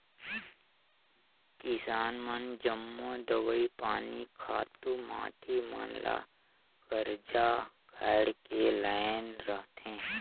किसान मन जम्मो दवई पानी, खातू माटी मन ल करजा काएढ़ के लाएन रहथें